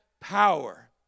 power